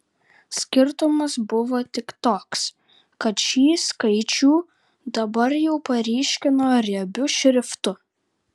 skirtumas buvo tik toks kad šį skaičių dabar jau paryškino riebiu šriftu